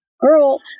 girl